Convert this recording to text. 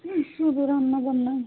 হ্যাঁ রান্নাবান্না